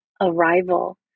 arrival